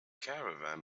caravan